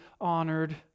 honored